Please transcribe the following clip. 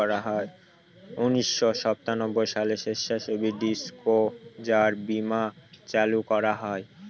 উনিশশো সাতানব্বই সালে স্বেচ্ছাসেবী ডিসক্লোজার বীমা চালু করা হয়